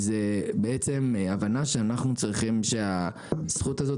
היא הבנה שאנחנו צריכים שהזכות הזו